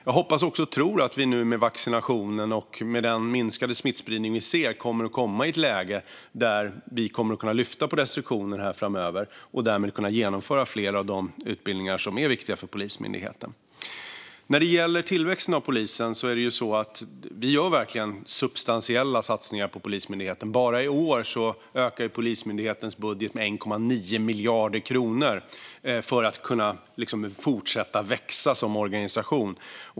Jag hoppas och tror också att vi nu med vaccinationer och den minskade smittspridning vi ser kommer att komma i ett läge framöver där vi kan lyfta på restriktionerna och därmed genomföra flera av de utbildningar som är viktiga för Polismyndigheten. När det gäller polisens tillväxt är det verkligen så att vi gör substantiella satsningar på Polismyndigheten. Bara i år ökar Polismyndighetens budget med 1,9 miljarder kronor för att den ska kunna fortsätta växa som organisation.